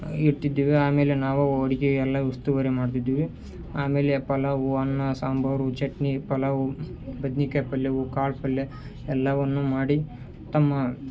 ಇಟ್ಟಿದ್ದೇವೆ ಆಮೇಲೆ ನಾವು ಅಡ್ಗೆ ಎಲ್ಲ ಉಸ್ತುವಾರಿ ಮಾಡ್ತಿದ್ದೀವಿ ಆಮೇಲೆ ಪಲಾವು ಅನ್ನ ಸಾಂಬಾರು ಚಟ್ನಿ ಪಲಾವು ಬದ್ನೆಕಾಯಿ ಪಲ್ಯವು ಕಾಳು ಪಲ್ಯ ಎಲ್ಲವನ್ನು ಮಾಡಿ ತಮ್ಮ